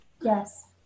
Yes